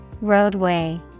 Roadway